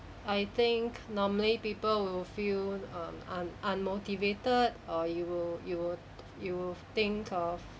I think normally people will feel um un~ unmotivated or you will you will you think of